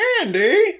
Andy